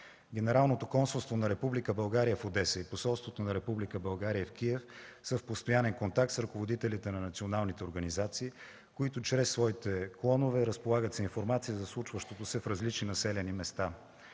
Генералното консулство на Република България в Одеса и посолството на Република България в Киев са в постоянен контакт с ръководителите на националните организации, които чрез своите клонове разполагат с информация за случващото се в различни населени места.